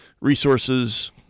resources